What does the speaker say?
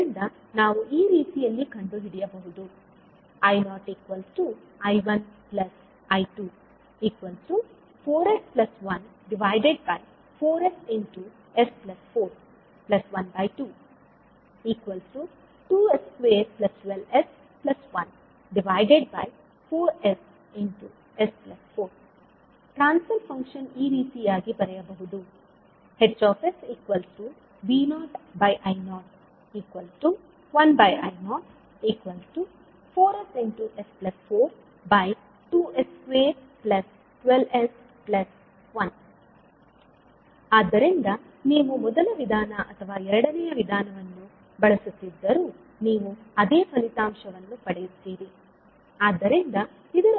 ಆದ್ದರಿಂದ ನಾವು ಈ ರೀತಿಯಲ್ಲಿ ಕಂಡುಹಿಡಿಯಬಹುದು ಟ್ರಾನ್ಸ್ ಫರ್ ಫಂಕ್ಷನ್ ಈ ರೀತಿಯಾಗಿ ಬರೆಯಬಹುದು ಆದ್ದರಿಂದ ನೀವು ಮೊದಲ ವಿಧಾನ ಅಥವಾ ಎರಡನೆಯ ವಿಧಾನವನ್ನು ಬಳಸುತ್ತಿದ್ದರೂ ನೀವು ಅದೇ ಫಲಿತಾಂಶವನ್ನು ಪಡೆಯುತ್ತೀರಿ